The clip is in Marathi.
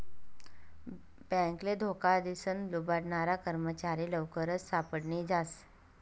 बॅकले धोका दिसन लुबाडनारा कर्मचारी लवकरच सापडी जास